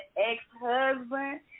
ex-husband